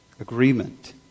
agreement